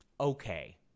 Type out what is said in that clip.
Okay